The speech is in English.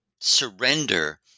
surrender